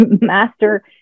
master